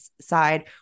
side